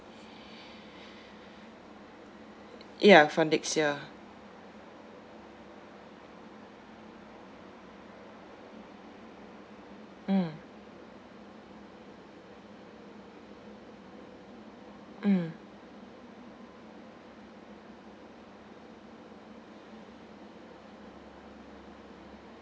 ya for next year mm mm